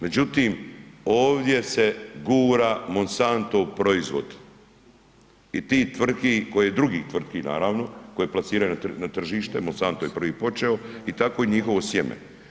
Međutim, ovdje se gura Monsantov proizvod i ti tvrtki koje, i drugi tvrtki naravno koje plasiraju na tržište, Monsanto je prvi počeo i tako je njihovo sjeme.